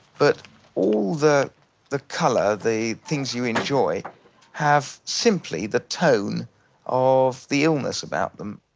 but all the the color, the things you enjoy have simply the tone of the illness about them